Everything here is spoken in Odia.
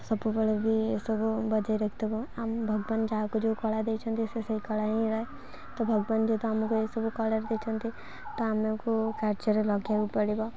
ସବୁବେଳେ ବି ଏସବୁ ବଜାୟ ରଖିଥିବ ଆମ ଭଗବାନ ଯାହାକୁ ଯେଉଁ କଳା ଦେଇଛନ୍ତି ସେ ସେହି କଳା ହିଁ ରୁହେ ତ ଭଗବାନ ଯେହେତୁ ଆମକୁ ଏସବୁ କଳା ଦେଇଛନ୍ତି ତ ଆମକୁ କାର୍ଯ୍ୟରେ ଲଗାଇବାକୁ ପଡ଼ିବ